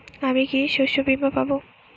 আমি কি শষ্যবীমা পাব?